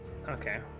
Okay